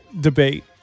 debate